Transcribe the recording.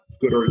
good